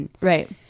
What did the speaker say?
Right